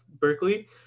Berkeley